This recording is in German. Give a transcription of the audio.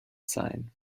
sein